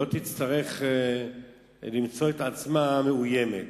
לא תצטרך למצוא את עצמה מאוימת.